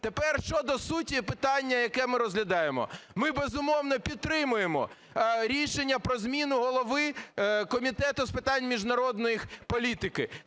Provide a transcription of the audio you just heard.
Тепер щодо суті питання, яке ми розглядаємо. Ми, безумовно, підтримуємо рішення про зміну голови Комітету з питань міжнародної політики.